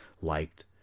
liked